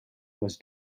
was